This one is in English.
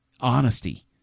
Honesty